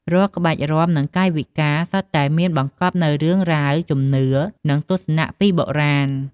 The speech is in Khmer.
រាល់ក្បាច់រាំ និងកាយវិការសុទ្ធតែមានបង្កប់នូវរឿងរ៉ាវ ជំនឿ និងទស្សនៈពីបុរាណ។